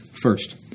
First